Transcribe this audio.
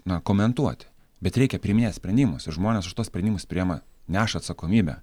na komentuoti bet reikia priiminėt sprendimus žmonės už tuos sprendimus priima neša atsakomybę